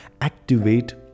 activate